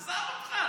עזוב אותך.